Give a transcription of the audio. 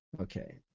okay